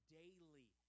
daily